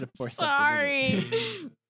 Sorry